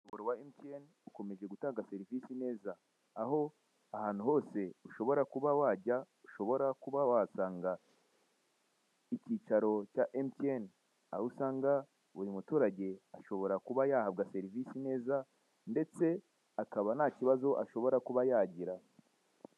Umuyoboro wa MTN ukomeje gutanga serivise neza. Aho ahantu hose ushobora kuba wajya ushobora kuba wahasanga icyicaro cya MTN. Aho usanga buri muturage ashobora kuba yahabwa serivise neza ndetse akaba nta kibazo ashobora kuba yagira.